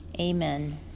Amen